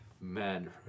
Man